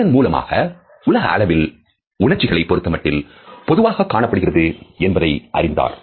இதன் மூலமாக உலக அளவில் உணர்ச்சிகளை பொருத்தமட்டில் பொதுவாக காணப்படுகிறது என்பதை அறிந்தார்